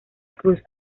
cruz